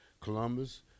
Columbus